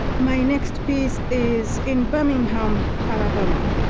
my next piece is in birmingham, alabama,